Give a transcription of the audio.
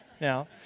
now